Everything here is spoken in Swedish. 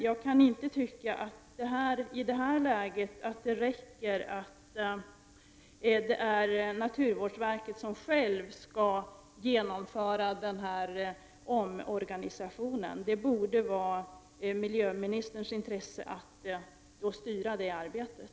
Jag kan inte tycka att det i det här läget räcker att säga att det är naturvårdsverket självt som skall genomföra omorganisationen. Det borde vara i miljöministerns intresse att styra det arbetet.